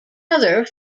other